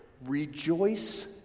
Rejoice